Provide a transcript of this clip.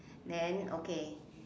then okay